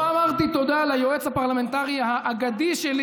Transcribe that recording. לא אמרתי תודה ליועץ הפרלמנטרי האגדי שלי,